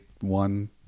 One